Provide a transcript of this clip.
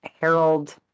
Harold